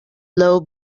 low